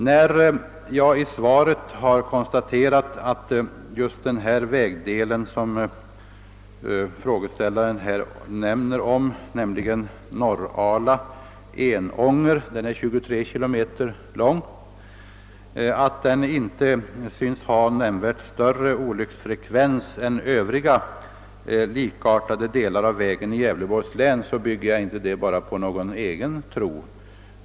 När jag i svaret har konstaterat att den vägdel som frågeställaren nämner, nämligen Norrala—Enånger — den är 26 km lång — inte synes ha nämnvärt större olycksfrekvens än övriga, likartade delar av vägen i Gävleborgs län, bygger jag inte det uttalandet bara på någon egen tro.